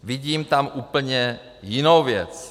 Vidím tam úplně jinou věc.